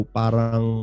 parang